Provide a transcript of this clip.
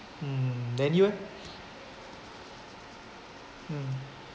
mm then you eh mm